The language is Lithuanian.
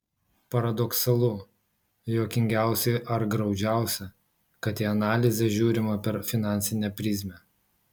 paradoksalu juokingiausia ar graudžiausia kad į analizę žiūrima per finansinę prizmę